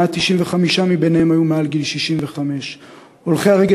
195 מביניהם היו מעל גיל 65. הולכי הרגל